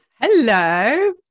Hello